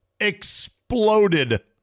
exploded